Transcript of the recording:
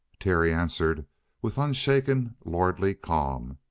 terry answered with unshaken, lordly calm.